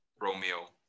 Romeo